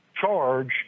charge